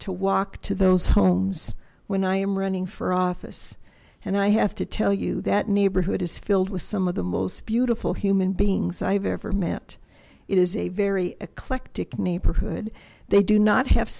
to walk to those homes when i am running for office and i have to tell you that neighborhood is filled with some of the most beautiful human beings i've ever met it is a very eclectic neighborhood they do not have